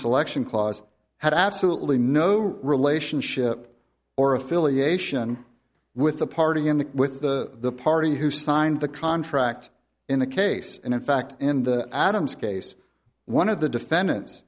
selection clause had absolutely no relationship or affiliation with the party in the with the party who signed the contract in the case and in fact in the adams case one of the defendant